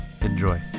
Enjoy